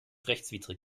rechtswidrig